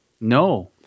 No